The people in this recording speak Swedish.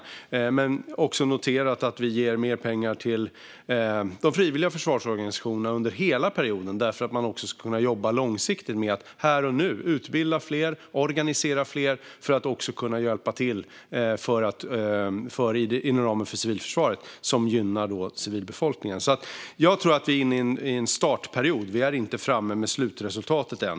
Under hela perioden ger vi också mer pengar till de frivilliga försvarsorganisationerna för att de ska kunna jobba långsiktigt och utbilda och organisera fler som kan hjälpa till inom ramen för civilförsvaret, vilket gynnar civilbefolkningen. Vi är inne i en startperiod. Vi är inte framme vid slutresultatet än.